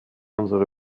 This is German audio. unsere